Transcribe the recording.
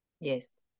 Yes